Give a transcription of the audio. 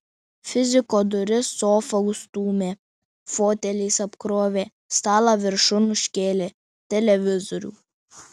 fiziko duris sofa užstūmė foteliais apkrovė stalą viršum užkėlė televizorių